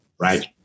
Right